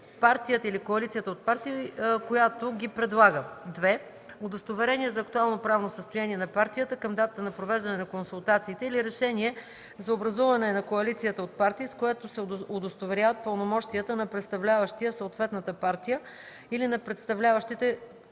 партията или коалицията от партии, която ги предлага; 2. удостоверение за актуално правно състояние на партията към датата на провеждане на консултациите или решение за образуване на коалицията от партии, с което се удостоверяват пълномощията на представляващия съответната партия или на представляващите